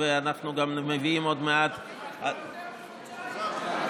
ואנחנו מביאים עוד מעט --- כבר יותר מחודשיים.